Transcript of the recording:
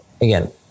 again